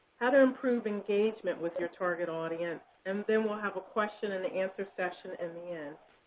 how to improve engagement with your target audience. and then we'll have question and answer session in the end.